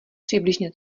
přibližně